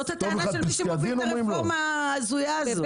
זאת הטענה של מי שמוביל את הרפורמה ההזויה הזאת.